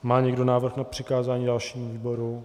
Má někdo návrh na přikázání dalšímu výboru?